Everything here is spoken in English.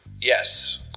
Yes